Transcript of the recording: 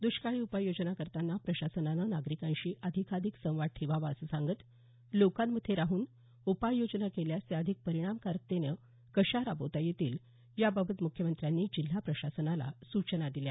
दुष्काळी उपाययोजना करताना प्रशासनानं नागरिकांशी अधिकाधिक संवाद ठेवावा असं सांगत लोकांमध्ये राहून उपाययोजना केल्यास त्या अधिक परिणामकारकतेनं कशा राबवता येतील याबाबत मुख्यमंत्र्यांनी जिल्हा प्रशासनाला सूचना दिल्या